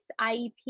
IEP